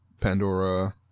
Pandora